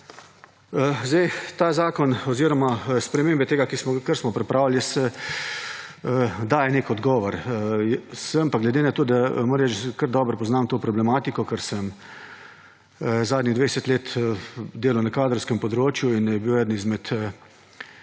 Ta zakon oziroma spremembe tega, kar smo pripravili, dajejo nek odgovor. Glede na to, da, moram reči, kar dobro poznam to problematiko, ker sem zadnjih 20 let delal na kadrovskem področju in je bilo eno izmed